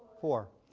four.